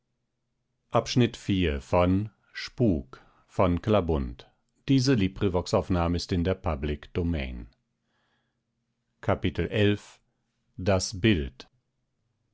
hielt das bild